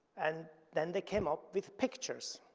and then they came up with pictures,